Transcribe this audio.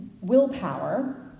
willpower